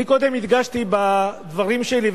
אני קודם הדגשתי בדברים שלי,